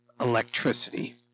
electricity